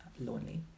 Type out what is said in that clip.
lonely